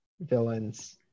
villains